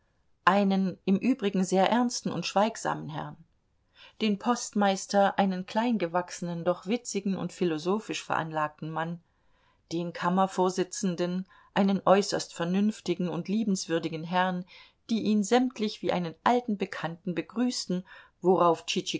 einen im übrigen sehr ernsten und schweigsamen herrn den postmeister einen kleingewachsenen doch witzigen und philosophisch veranlagten mann den kammervorsitzenden einen äußerst vernünftigen und liebenswürdigen herrn die ihn sämtlich wie einen alten bekannten begrüßten worauf